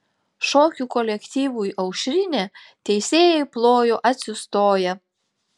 šokių kolektyvui aušrinė teisėjai plojo atsistoję